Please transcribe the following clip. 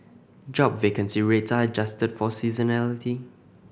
job vacancy rates are adjusted for seasonality